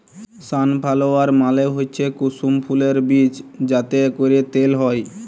sunflower মালে হচ্যে কুসুম ফুলের বীজ যাতে ক্যরে তেল হ্যয়